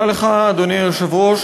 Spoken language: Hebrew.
אדוני היושב-ראש,